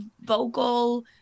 vocal